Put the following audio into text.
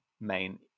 main